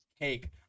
cake